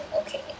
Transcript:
okay